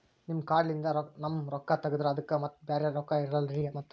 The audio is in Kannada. ನಿಮ್ ಕಾರ್ಡ್ ಲಿಂದ ನಮ್ ರೊಕ್ಕ ತಗದ್ರ ಅದಕ್ಕ ಮತ್ತ ಬ್ಯಾರೆ ರೊಕ್ಕ ಇಲ್ಲಲ್ರಿ ಮತ್ತ?